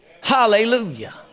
Hallelujah